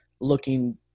looking